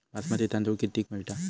बासमती तांदूळ कितीक मिळता?